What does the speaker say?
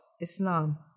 Islam